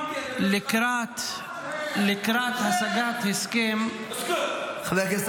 לקראת השגת הסכם --- תגנה את חמאס, מנסור.